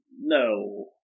No